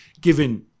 given